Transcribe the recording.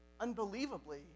unbelievably